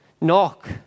knock